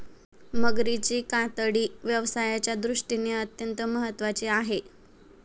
मगरीची कातडी व्यवसायाच्या दृष्टीने अत्यंत महत्त्वाची आहे